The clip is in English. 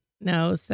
No